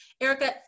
Erica